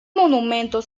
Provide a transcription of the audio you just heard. monumento